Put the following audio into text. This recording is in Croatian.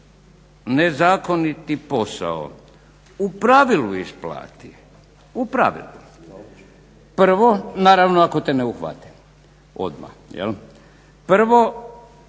nezakoniti posao u pravilu isplati, u pravilu. Naravno ako te ne uhvate odmah. Prvo,